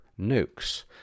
nukes